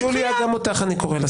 יוליה, גם אותך אני קורא לסדר.